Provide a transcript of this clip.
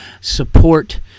support